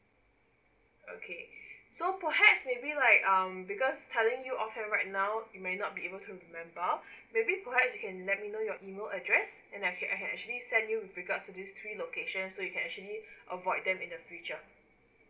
okay so perhaps maybe like um because telling you all that right now you may not be able to remember maybe perhaps you can let me know your email address and I can actually send you with regards to this three locations so you can actually avoid them in the future